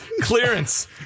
clearance